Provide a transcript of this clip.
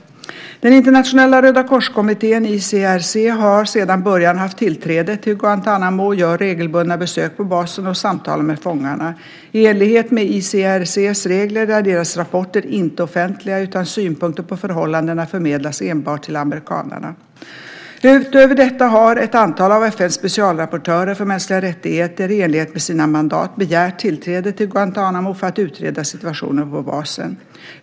Den Internationella rödakorskommittén, ICRC, har sedan början haft tillträde till Guantánamo och gör regelbundna besök på basen och samtalar med fångarna. I enlighet med ICRC:s regler är deras rapporter inte offentliga utan synpunkter på förhållandena förmedlas enbart till amerikanerna. Utöver detta har ett antal av FN:s specialrapportörer för mänskliga rättigheter, i enlighet med sina mandat, begärt tillträde till Guantánamo för att utreda situationen på basen.